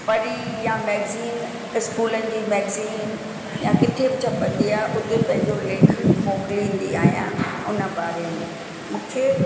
परी या मैग्ज़ीन इस्कूलनि जी मैग्ज़ीन या किथे बि छ्पंदी आहे हुते पंहिंजो लेख मोकिलींदी आहियां हुन बारे में मूंखे